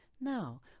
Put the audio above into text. Now